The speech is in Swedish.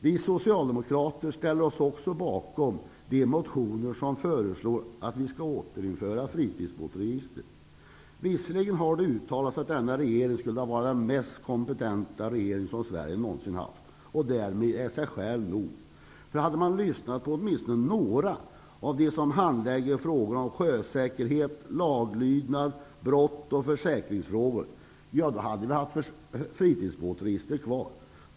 Vi socialdemokrater ställer oss också bakom de motioner där det föreslås att vi skall återinföra fritidsbåtsregistret. Visserligen har det uttalats att denna regering skulle vara den mest kompetenta regering som Sverige någonsin har haft och därmed är sig själv nog. Men hade man lyssnat på åtminstone några av dem som handlägger frågor om sjösäkerhet, laglydnad, brott och försäkringsfrågor, hade vi haft fritidsbåtsregistret kvar.